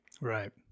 Right